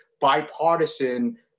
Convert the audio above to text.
bipartisan